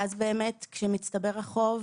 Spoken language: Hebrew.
ואז באמת כשמצטבר החוב,